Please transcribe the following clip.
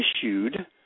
issued